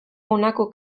honako